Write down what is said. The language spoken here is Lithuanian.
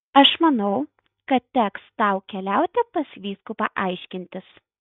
aš manau kad teks tau keliauti pas vyskupą aiškintis